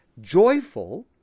joyful